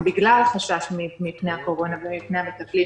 בגלל החשש מפני הקורונה ומפני המטפלים